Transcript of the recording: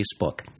Facebook